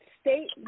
state